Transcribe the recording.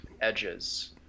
edges